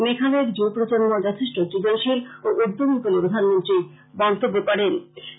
মেঘালয়ের যুব প্রজন্ম যথেষ্ট সৃজনশিল ও উদ্যমী বলে প্রধানমন্ত্রী মন্তব্য করেন